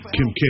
Kim